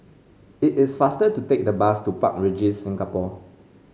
it is faster to take the bus to Park Regis Singapore